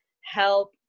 help